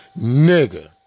Nigga